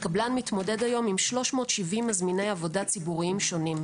הקבלן מתמודד היום עם 370 מזמיני עבודה ציבוריים שונים,